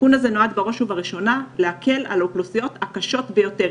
התיקון הזה נועד בראש ובראשונה להקל על האוכלוסיות הקשות ביותר.